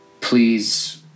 please